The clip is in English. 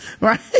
Right